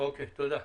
אוקיי, תודה.